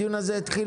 הדיון התחיל